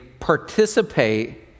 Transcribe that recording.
participate